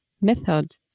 method